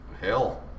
hell